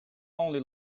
only